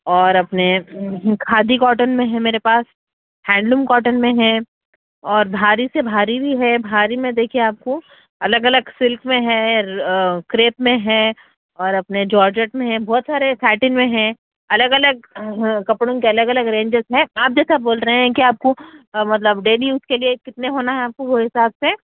اور اپنے کھادی کاٹن میں ہے میرے پاس ہینڈ لوم کاٹن میں ہیں اور بھاری سے بھاری بھی ہے بھاری میں دیکھیے آپ کو الگ الگ سلک میں ہے کریپ میں ہے اور اپنے جارجٹ میں ہے بہت سارے ساٹن میں ہے الگ الگ کپڑوں کے الگ الگ رینجز ہیں آپ جیسا بول رہے ہیں کہ آپ کو مطلب ڈیلی یوز کے لیے کتنے ہونا ہے آپ کو اس حساب سے